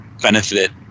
benefit